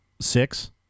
Six